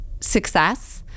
success